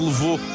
Levou